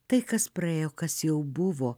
tai kas praėjo kas jau buvo